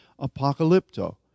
apocalypto